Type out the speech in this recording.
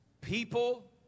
People